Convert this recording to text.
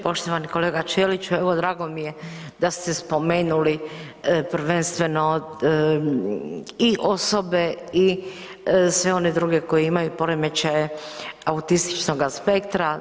Poštovani kolega Ćeliću, evo drago mi je da ste spomenuli prvenstveno i osobe i sve one druge koji imaju poremećaje autističnog aspektra.